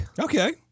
Okay